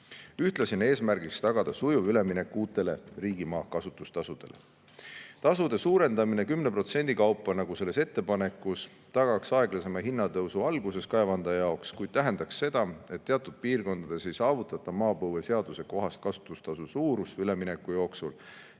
Ühtlasi on eesmärgiks tagada sujuv üleminek uutele riigimaa kasutustasudele. Tasude suurendamine 10% kaupa, nagu selles ettepanekus [soovitakse], tagaks alguses aeglasema hinnatõusu kaevandaja jaoks, kuid tähendaks seda, et teatud piirkondades ei saavutataks maapõueseadusekohast kasutustasu suurust ülemineku jooksul